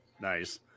Nice